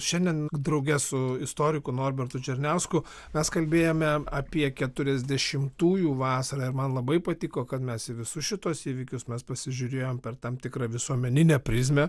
šiandien drauge su istoriku norbertu černiausku mes kalbėjome apie keturiasdešimtųjų vasarą ir man labai patiko kad mes į visus šituos įvykius mes pasižiūrėjom per tam tikrą visuomeninę prizmę